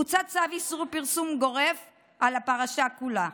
הוצא צו איסור פרסום גורף על הפרשה כולה.